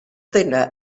duine